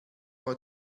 are